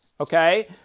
okay